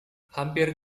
hampir